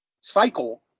cycle